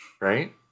Right